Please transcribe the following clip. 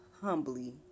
humbly